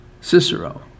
Cicero